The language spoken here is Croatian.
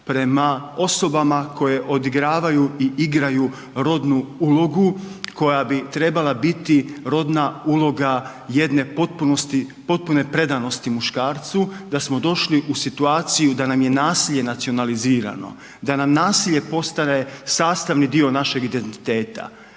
prema osobama koje odigravaju i igraju rodnu ulogu koja bi trebala biti rodna uloga jedne potpune predanosti muškarcu da smo došli u situaciju da nam je nasilje nacionalizirano, da nam nasilje postaje sastavni dio našeg identiteta.